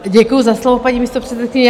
Děkuji za slovo, paní místopředsedkyně.